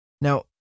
Now